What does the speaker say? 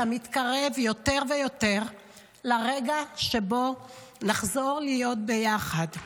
אתה מתקרב יותר ויותר לרגע שבו נחזור להיות יחד.